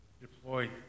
Deployed